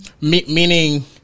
Meaning